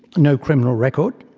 no criminal record.